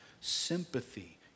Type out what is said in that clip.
sympathy